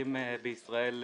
המחירים בישראל עלו,